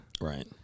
Right